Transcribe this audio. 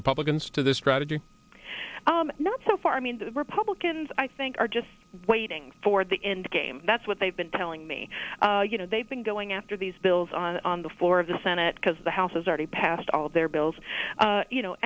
republicans to this strategy not so far i mean the republicans i think are just waiting for the end game that's what they've been telling me you know they've been going after these bills on the floor of the senate because the house has already passed all their bills you know